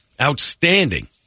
Outstanding